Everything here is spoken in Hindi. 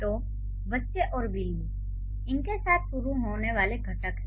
तो बच्चे और बिल्ली इन के साथ शुरू होने वाले घटक हैं